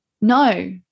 No